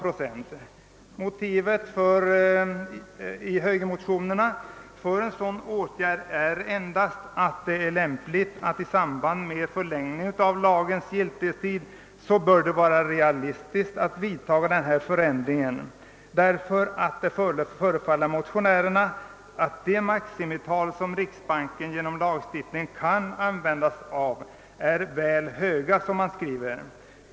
Högermotionernas motiv för en sådan åtgärd är endast att det i samband med förlängning av lagens giltighetstid bör vara realistiskt att vidtaga denna förändring, eftersom det förefaller motionärerna som om »de maximital som riksbanken genom lagstiftningen kan använda» är »väl höga».